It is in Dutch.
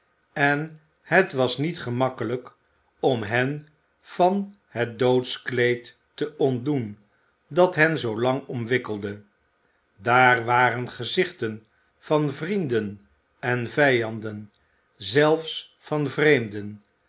en het was niet gemakkelijk om hen van het doodskleed te ontdoen dat hen zoo lang omwikkelde daar waren gezichten van vrienden en vijanden zelfs van vreemden